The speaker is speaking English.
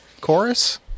Chorus